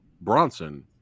Bronson